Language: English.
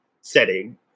setting